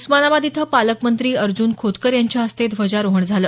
उस्मानाबाद इथं पालकमंत्री अर्जून खोतकर यांच्या हस्ते ध्वजारोहण झालं